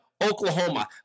Oklahoma